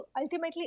ultimately